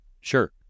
Sure